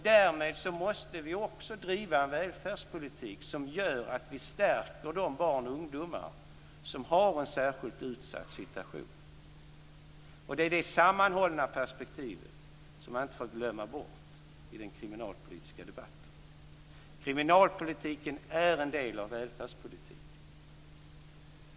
Därmed måste vi också driva en välfärdspolitik som gör att vi stärker de barn och ungdomar som har en särskilt utsatt situation. Det är det sammanhållna perspektivet som man inte får glömma bort i den kriminalpolitiska debatten. Kriminalpolitiken är en del av välfärdspolitiken.